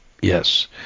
yes